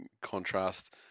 contrast